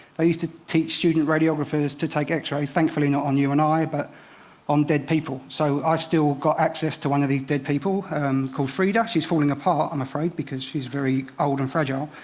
they used to teach student radiographers to take x-rays, thankfully not on you and i, but on dead people. so, i've still got access to one of these dead people called frieda she's falling apart, i'm afraid, because she's very old and fragile.